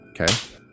okay